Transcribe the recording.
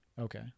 Okay